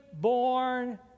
born